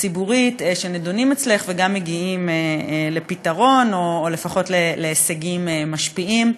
הציבורית שנדונים אצלך וגם מגיעים לפתרון או לפחות להישגים משפיעים,